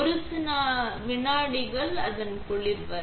ஒரு சில விநாடிகள் அதன் குளிர் வரை